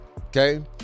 okay